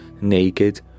naked